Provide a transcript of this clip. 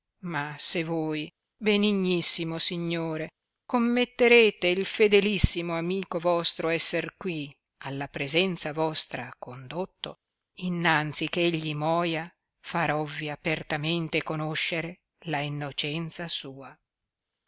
ma se voi benignissimo signore commetterete il fedelissimo amico vostro esser qui alla presenza vostra condotto innanzi che egli moia farovvi apertamente conoscere la innocenza sua